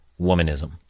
womanism